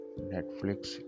netflix